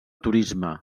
turisme